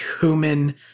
human